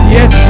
Yes